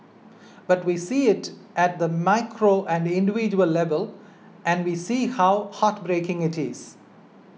but we see it at the micro and individual level and we see how heartbreaking it is